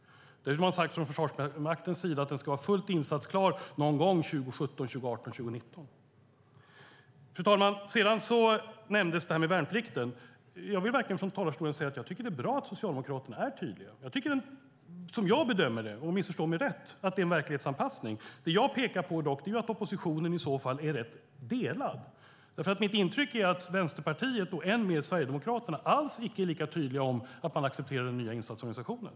Därför har man från Försvarsmaktens sida sagt att den ska vara fullt insatsklar någon gång 2017, 2018 eller 2019. Värnplikten nämndes. Jag vill från talarstolen verkligen säga att jag tycker att det är bra att Socialdemokraterna är tydliga. Som jag bedömer det - missförstå mig rätt - är det en verklighetsanpassning. Det som jag pekar på är att oppositionen i så fall är rätt delad. Mitt intryck är att Vänsterpartiet och än mer Sverigedemokraterna inte alls är lika tydliga med att man accepterar den nya insatsorganisationen.